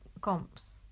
comps